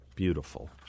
beautiful